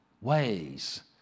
ways